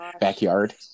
backyard